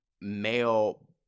male